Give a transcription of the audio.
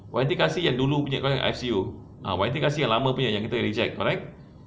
Y&T kasih yang dulu punya kau ingat I_C_U ah Y&T kasih yang lama tu yang kita pernah reject alright